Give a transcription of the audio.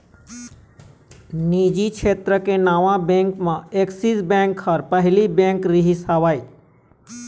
निजी छेत्र के नावा बेंक म ऐक्सिस बेंक ह पहिली बेंक रिहिस हवय